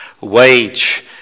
wage